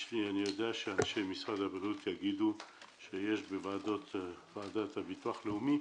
אני יודע שאנשי משרד הבריאות יגידו שבוועדות הביטוח הלאומי